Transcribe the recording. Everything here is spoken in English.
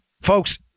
Folks